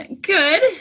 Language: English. good